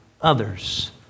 others